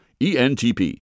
ENTP